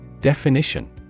Definition